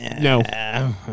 No